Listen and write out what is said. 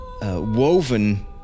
woven